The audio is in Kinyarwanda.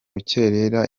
rukerera